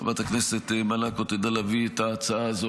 חברת הכסת מלקו תדע להביא את ההצעה הזו